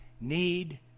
need